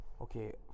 Okay